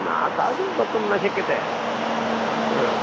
न तादृशं कर्तुं न शक्यते ह